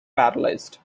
paralysed